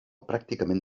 pràcticament